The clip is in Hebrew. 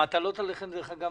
המטלות עליכם, מרדכי,